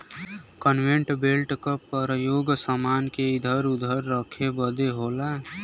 conveyor belt क परयोग समान के इधर उधर रखे बदे होला